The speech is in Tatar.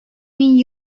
мин